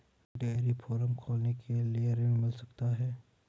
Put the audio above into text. Dairy farm खोलने के लिए ऋण मिल सकता है?